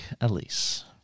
Elise